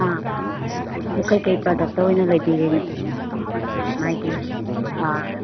ꯑꯥ ꯑꯗꯨ ꯀꯩ ꯀꯩ ꯄ꯭ꯔꯗꯛꯇ ꯑꯣꯏꯅ ꯂꯩꯕꯤꯔꯤꯅꯣ ꯃꯥꯒꯤ ꯑꯥ